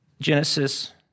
Genesis